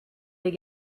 les